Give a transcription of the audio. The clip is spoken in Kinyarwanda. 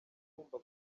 tumba